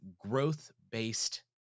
growth-based